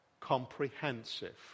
comprehensive